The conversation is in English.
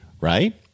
right